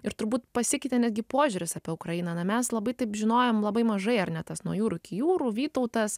ir turbūt pasikeitė netgi požiūris apie ukrainą na mes labai taip žinojom labai mažai ar ne tas nuo jūrų iki jūrų vytautas